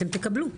אתם תקבלו.